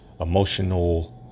emotional